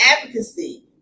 advocacy